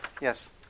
Yes